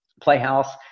playhouse